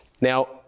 Now